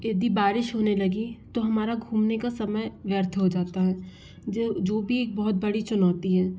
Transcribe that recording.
यदि बारिश होने लगी तो हमारा घूमने का समय व्यर्थ हो जाता है जो जो भी एक बहुत बड़ी चुनौती है